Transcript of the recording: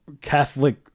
catholic